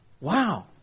Wow